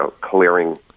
clearing